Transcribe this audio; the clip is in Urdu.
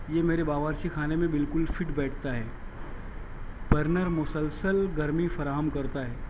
یہ میرے باورچی خانے میں بالکل فٹ بیٹھتا ہے پر میں مسلسل گرمی فراہم کرتا ہے